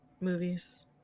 movies